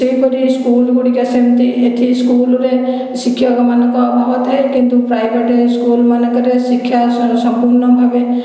ସେଇପରି ସ୍କୁଲ ଗୁଡ଼ିକ ସେମିତି ସ୍କୁଲରେ ଶିକ୍ଷକ ମାନଙ୍କ ଅଭାବ ଥାଏ କିନ୍ତୁ ପ୍ରାଇଭେଟ୍ ସ୍କୁଲ ମାନଙ୍କରେ ଶିକ୍ଷା ସମ୍ପୂର୍ଣ୍ଣ ଭାବେ